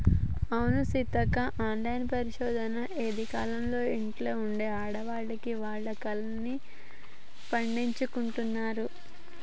అవును సీతక్క ఆన్లైన్ పరిశోధన ఎదికలతో ఇంట్లో ఉండే ఆడవాళ్లు వాళ్ల కలల్ని పండించుకుంటున్నారు